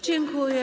Dziękuję.